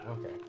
okay